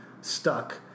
stuck